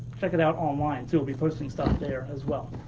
check it out online. so we'll be posting stuff there as well.